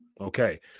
Okay